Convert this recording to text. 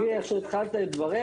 לפי איך שהתחלת את דבריך,